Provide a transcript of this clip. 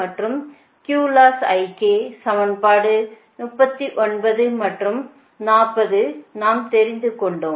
மற்றும் சமன்பாடு 39 மற்றும் 40 நாம் தெரிந்துகொண்டோம்